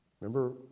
Remember